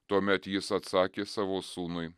tuomet jis atsakė savo sūnui